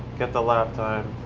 get the lap time,